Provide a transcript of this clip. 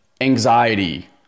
anxiety